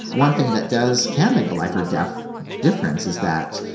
one thing that does can make a life or death difference is that,